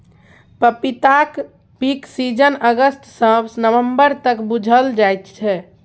पपीताक पीक सीजन अगस्त सँ नबंबर तक बुझल जाइ छै